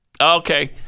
Okay